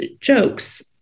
jokes